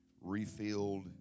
refilled